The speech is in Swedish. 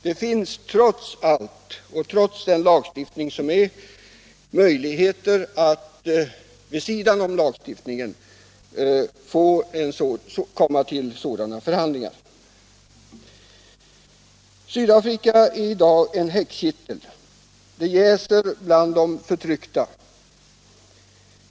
Det finns trots allt möjligheter att gå vid sidan om lagstiftningen i Sydafrika och komma till sådana förhandlingar. Sydafrika i dag är en häxkittel. Det jäser bland de förtryckta.